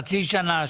חצי שנה?